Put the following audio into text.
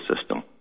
system